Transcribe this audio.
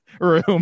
room